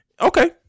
okay